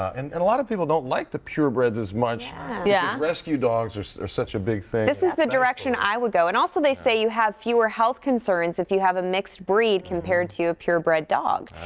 and and a lot of people don't like the purebreds as much as yeah rescue dogs, are so are such a big thing. this is the direction i would go, and also they say you have fewer health concerns if you have a mixed breed as compared to a purebred dog.